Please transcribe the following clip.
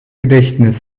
gedächtnis